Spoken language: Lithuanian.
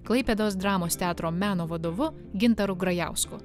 klaipėdos dramos teatro meno vadovu gintaru grajausku